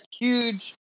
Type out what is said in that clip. huge